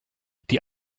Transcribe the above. die